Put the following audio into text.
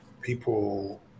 people